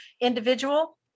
individual